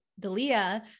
Dalia